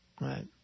right